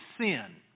sin